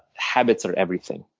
habits everything,